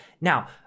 Now